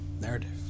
Narrative